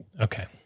Okay